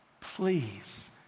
Please